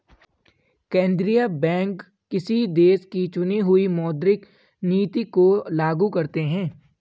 केंद्रीय बैंक किसी देश की चुनी हुई मौद्रिक नीति को लागू करते हैं